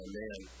man